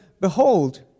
Behold